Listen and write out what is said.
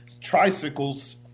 tricycles